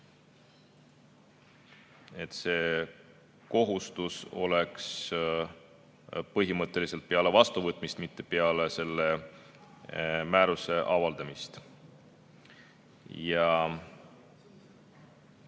see kohustus oleks peale vastuvõtmist, mitte peale selle määruse avaldamist.